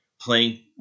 playing